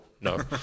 no